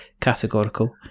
categorical